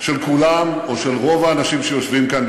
של כולם או של רוב האנשים שיושבים כאן,